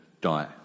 die